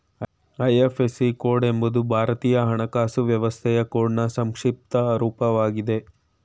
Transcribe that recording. IFSC code ಎಂಬುದು ಭಾರತೀಯ ಹಣಕಾಸು ವ್ಯವಸ್ಥೆಯ ಕೋಡ್ನ್ ಸಂಕ್ಷಿಪ್ತ ರೂಪವಾಗಿದೆ